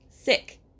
sick